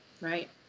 Right